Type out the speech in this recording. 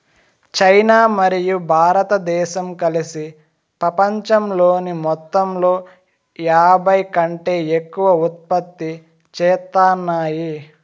China మరియు భారతదేశం కలిసి పపంచంలోని మొత్తంలో యాభైకంటే ఎక్కువ ఉత్పత్తి చేత్తాన్నాయి